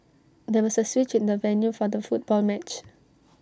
there was A switch in the venue for the football match